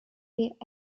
est